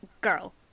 girl